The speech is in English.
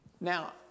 Now